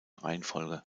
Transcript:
reihenfolge